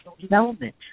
development